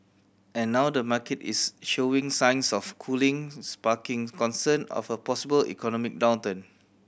and now the market is showing signs of cooling sparking concern of a possible economic downturn